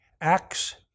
Acts